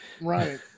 right